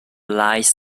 lies